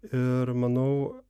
ir manau